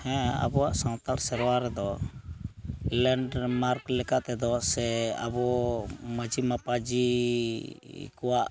ᱦᱮᱸ ᱟᱵᱚᱣᱟᱜ ᱥᱟᱱᱛᱟᱲ ᱥᱮᱨᱣᱟ ᱨᱮᱫᱚ ᱞᱮᱱᱰᱢᱟᱨᱠ ᱞᱮᱠᱟᱛᱮᱫᱚ ᱥᱮ ᱟᱵᱚ ᱢᱟᱺᱡᱷᱤ ᱢᱟᱯᱟᱡᱤ ᱠᱚᱣᱟᱜ